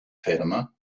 fatima